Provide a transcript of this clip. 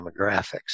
demographics